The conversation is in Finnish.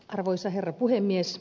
arvoisa herra puhemies